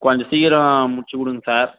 கொஞ்சம் சீக்கிரம் முடித்து கொடுங்க சார்